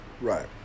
Right